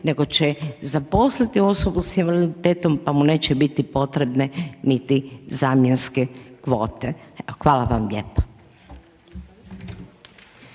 nego će zaposliti osobu s invaliditetom pa mu neće biti potrebne niti zamjenske kvote. Hvala vam lijepa.